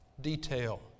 detail